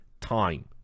time